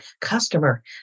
customer